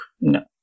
no